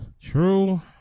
true